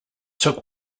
took